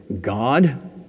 God